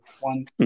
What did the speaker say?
One